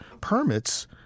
permits